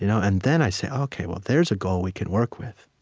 you know and then i say, ok, well, there's a goal we can work with.